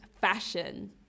fashion